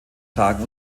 tagen